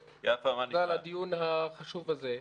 תודה על הדיון החשוב הזה.